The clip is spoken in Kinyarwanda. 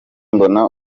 mbona